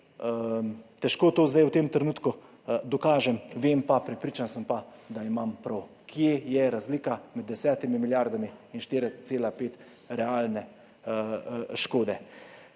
Težko to zdaj v tem trenutku dokažem, vem pa, prepričan sem pa, da imam prav, kje je razlika med 10 milijardami in 4,5 realne škode?